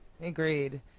Agreed